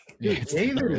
david